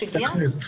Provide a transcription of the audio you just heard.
הגיע?